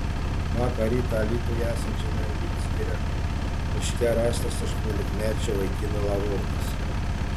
vakar rytą alytuje esančiame vidzgirio miške rastas aštuoniolikmečio vaikino lavonas